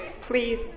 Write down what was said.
Please